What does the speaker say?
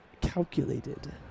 calculated